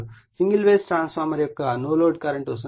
single phase transformer యొక్క no load current 0